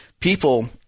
people